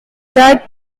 that